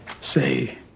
say